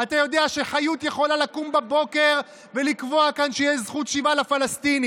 אתה יודע שחיות יכולה לקום בבוקר ולקבוע כאן שתהיה זכות שיבה לפלסטינים.